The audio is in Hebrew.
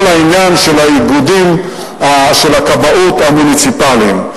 העניין של איגודי הכבאות המוניציפליים.